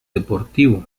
deportivo